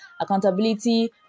Accountability